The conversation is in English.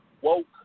woke